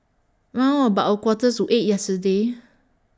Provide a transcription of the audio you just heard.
round about A Quarter to eight yesterday